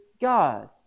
God